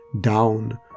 down